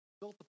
built